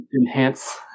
enhance